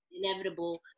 inevitable